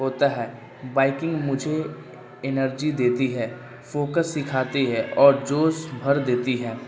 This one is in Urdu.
ہوتا ہے بائکنگ مجھے انرجی دیتی ہے فوکس سکھاتی ہے اور جوش بھر دیتی ہے